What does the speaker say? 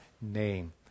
name